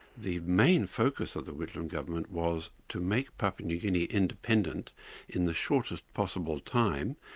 the main focus of the whitlam government was to make papua new guinea independent in the shortest possible time,